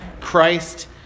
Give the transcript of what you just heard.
Christ